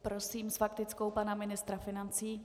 Prosím s faktickou pana ministra financí.